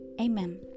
Amen